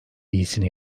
iyisini